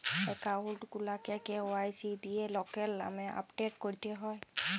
account গুলাকে KYC দিঁয়ে লকের লামে আপডেট ক্যরতে হ্যয়